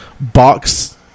box